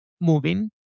moving